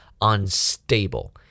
unstable